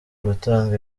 gutanga